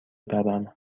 برم